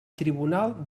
tribunal